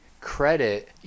credit